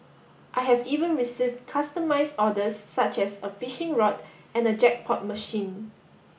I have even received customised orders such as a fishing rod and a jackpot machine